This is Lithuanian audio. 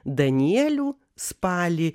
danielių spalį